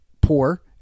poor